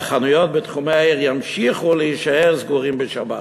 והחנויות בתחומי העיר ימשיכו להישאר סגורות בשבת.